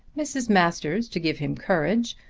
mrs. masters, to give him courage,